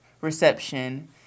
reception